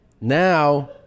Now